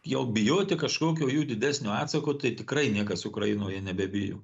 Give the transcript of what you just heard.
jau bijoti kažkokio jų didesnio atsako tai tikrai niekas ukrainoje nebebijo